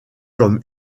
comme